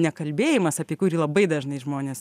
nekalbėjimas apie kurį labai dažnai žmonės